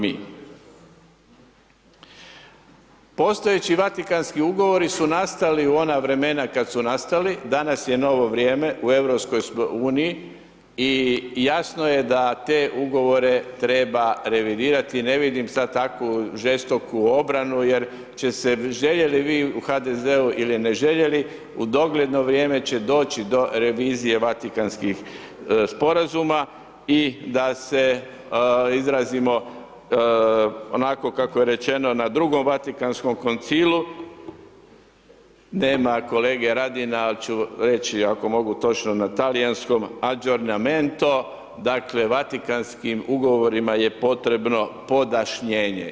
Postojeći Vatikanski ugovori su nastali u ona vremena kad su nastali, danas je novo vrijeme, u europskoj smo uniji i jasno je da te ugovore treba revidirati i ne vidim sad takvu žestoku obranu jer će se, željeli vi to u HDZ-u ili ne željeli, u dogledno vrijeme će doći do revizije Vatikanskih sporazuma i da se izrazimo onako kako je rečeno na Drugom Vatikanskom Koncilu, nema kolege Radina, ali ću reći, ako mogu točno na talijanskom, aggiornamento, dakle, Vatikanskim ugovorima je potrebno podašnjenje.